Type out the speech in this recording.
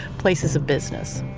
places of business